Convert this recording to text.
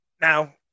Now